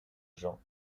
jean